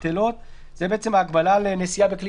בטלות." זו בעצם ההגבלה על נסיעה בכלי